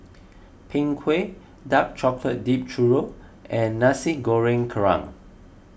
Png Kueh Dark Chocolate Dipped Churro and Nasi Goreng Kerang